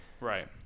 right